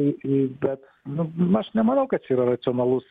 į į bet num aš nemanau kad čia yra racionalus